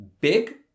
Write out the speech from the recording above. big